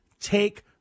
take